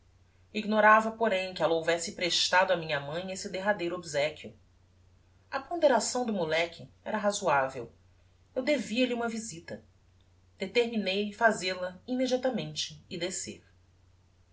ignorava porém que ella houvesse prestado a minha mãe esse derradeiro obsequio a ponderação do moleque era razoavel eu devia lhe uma visita determinei fazel-a immediatamente e descer